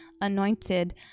anointed